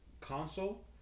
console